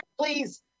please